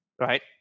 right